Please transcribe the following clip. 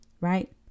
right